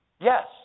Yes